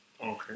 Okay